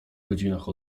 godzinach